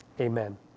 Amen